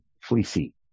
fleecy